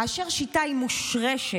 כאשר שיטה היא מושרשת,